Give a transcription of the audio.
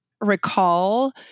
recall